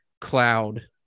cloud